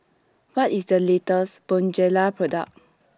What IS The latest Bonjela Product